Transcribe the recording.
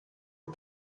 are